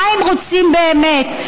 מה הם רוצים באמת.